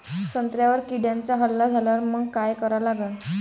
संत्र्यावर किड्यांचा हल्ला झाल्यावर मंग काय करा लागन?